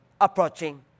approaching